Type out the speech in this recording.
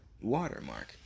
watermark